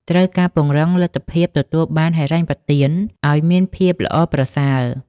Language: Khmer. ត្រូវការពង្រឹងលទ្ធភាពទទួលបានហិរញ្ញប្បទានអោយមានភាពល្អប្រសើរ។